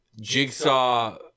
Jigsaw